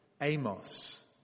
Amos